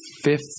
fifth